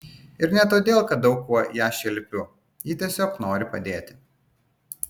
ir ne todėl kad daug kuo ją šelpiu ji tiesiog nori padėti